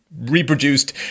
reproduced